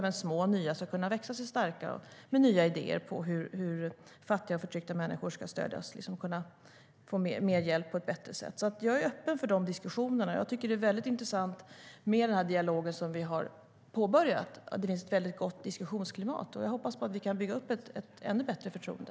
Även små och nya ska kunna växa sig starkare med nya idéer om hur fattiga och förtryckta människor ska stödjas och kunna få mer hjälp på ett bättre sätt. Jag är öppen för de diskussionerna. Jag tycker att det är väldigt intressant med den dialog som vi har påbörjat. Det finns ett gott diskussionsklimat. Jag hoppas på att vi kan bygga upp ett ännu bättre förtroende.